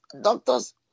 doctor's